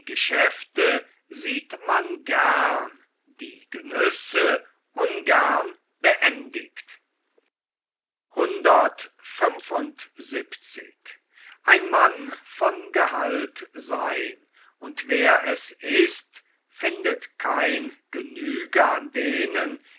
geschäfte sieht man gern die genüsse ungern beendigt und wer es ist findet kein genüge an denen